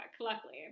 Luckily